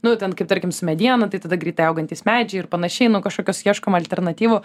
nu ten kaip tarkim su mediena tai tada greitai augantys medžiai ir panašiai nu kažkokios ieškoma alternatyvų